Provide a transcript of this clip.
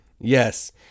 Yes